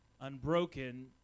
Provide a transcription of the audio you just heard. Unbroken